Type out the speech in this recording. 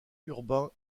urbain